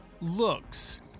looks